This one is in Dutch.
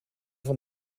van